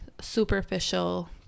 superficial